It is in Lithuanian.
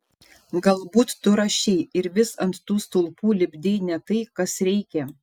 galbūt tu rašei ir vis ant tų stulpų lipdei ne tai kas reikia